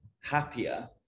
happier